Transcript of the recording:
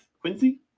Quincy